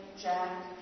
Jack